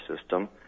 system